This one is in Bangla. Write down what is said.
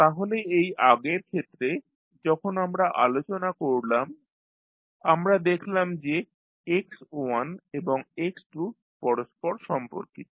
তাহলে এই আগের ক্ষেত্রে যখন আমরা আলোচনা করলাম আমরা দেখলাম যে x1 এবং x2 পরস্পর সম্পর্কিত